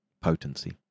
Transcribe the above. Potency